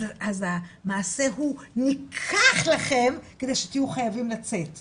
אז, המעשה הוא ניקח לכם, כדי שתהיו חייבים לצאת.